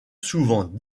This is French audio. souvent